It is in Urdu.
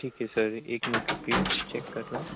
ٹھیک ہے سر ایک منٹ رُکیے چیک کر رہا ہوں